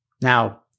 Now